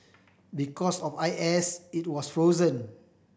because of I S it was frozen